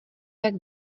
jak